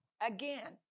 again